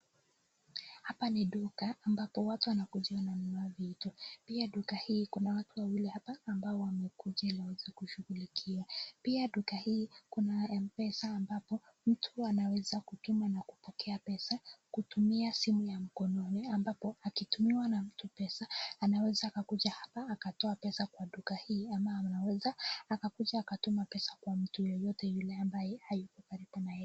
Hapa ni duka ambapo watu wanakuja kununua vitu. Pia duka hii kuna watu wawili hapa ambao wamewekwa ila waweze kushughulikia. Pia duka hii kuna M-pesa ambapo mtu anaweza kutuma na kupokea pesa kutumia simu ya mkononi ambapo akitumiwa na mtu pesa, anaweza akakuja hapa akatoa pesa kwa duka hii ama anaweza akakuja akatuma pesa kwa mtu yeyote yule ambaye hayuko karibu naye.